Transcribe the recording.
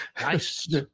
Nice